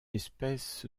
espèce